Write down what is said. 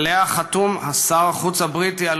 שעליה חתום שר החוץ הבריטי,